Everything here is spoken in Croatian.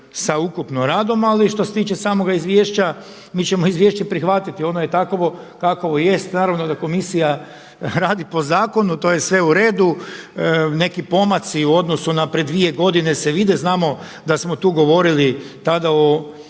sa ukupno radom, ali što se tiče samoga izvješća mi ćemo izvješće prihvatiti. Ono je takovo kakovo jest. Naravno da komisija radi po zakonu, to je sve u redu. Neki pomaci u odnosu pred dvije godine se vide, znamo da smo tu govorili tada o